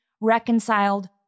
reconciled